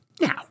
now